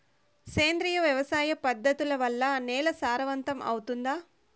సేంద్రియ వ్యవసాయ పద్ధతుల వల్ల, నేల సారవంతమౌతుందా?